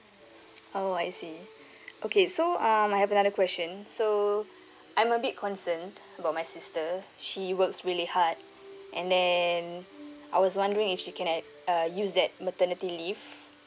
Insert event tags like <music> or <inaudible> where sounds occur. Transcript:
oh I see <breath> okay so um I have another question so I'm a bit concerned about my sister she works really hard and then I was wondering if she can at uh use that maternity leave